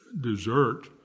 dessert